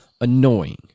annoying